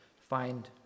find